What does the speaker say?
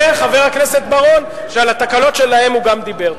אומר חבר הכנסת בר-און שעל התקלות שלהם הוא גם דיבר.